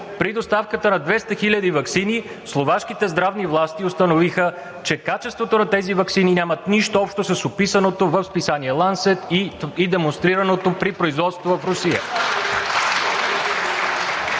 при доставката на 200 000 ваксини словашките здравни власти установиха, че качеството на тези ваксини нямат нищо общо с описаното в списание „Лансет“ и демонстрираното при производство в Русия.